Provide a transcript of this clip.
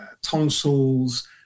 tonsils